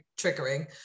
triggering